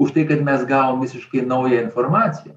už tai kad mes gavom visiškai naują informaciją